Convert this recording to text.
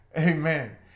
Amen